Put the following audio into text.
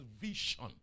vision